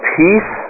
peace